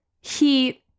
heat